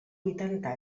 vuitanta